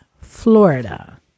Florida